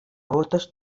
gotes